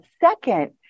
second